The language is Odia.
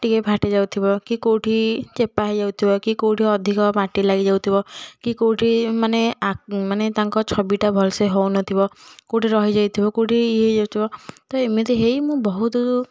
ଟିକିଏ ଫାଟି ଯାଉଥିବ କି କେଉଁଠି ଚେପା ହେଇଯାଉଥିବ କି କେଉଁଠି ଅଧିକ ମାଟି ଲାଗି ଯାଉଥିବ କି କେଉଁଠି ମାନେ ମାନେ ତାଙ୍କ ଛବିଟା ଭଲସେ ହେଉନଥିବ କେଉଁଠି ରହିଯାଉଥିବ କେଉଁଠି ଇଏ ହେଇଯାଉଥିବ ତ ଏମିତି ହେଇ ମୁଁ ବହୁତ